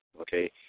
okay